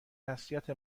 تسلیت